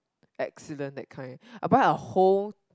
excellent that kind I buy a whole